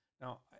now